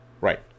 Right